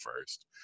first